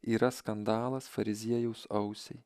yra skandalas fariziejaus ausiai